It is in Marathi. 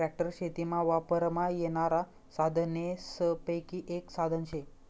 ट्रॅक्टर शेतीमा वापरमा येनारा साधनेसपैकी एक साधन शे